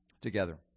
together